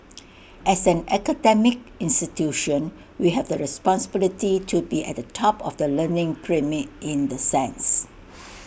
as an academic institution we have the responsibility to be at the top of the learning pyramid in the sense